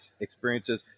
experiences